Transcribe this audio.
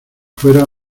fuera